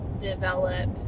develop